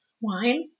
Wine